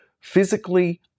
physically